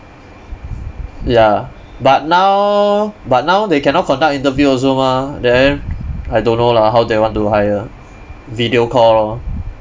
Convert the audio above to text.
ya but now but now they cannot conduct interview also mah then I don't know lah how they want to hire video call lor